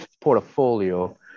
portfolio